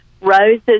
roses